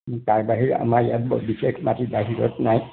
তাৰ বাহিৰে আমাৰ ইয়াত বৰ বিশেষ মাটি বাহিৰত নাই